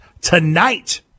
tonight